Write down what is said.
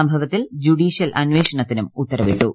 സംഭവത്തിൽ ജുഡീഷ്യൽ അന്വേഷണത്തിനും ഉത്തർവിട്ടു